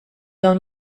dawn